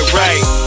right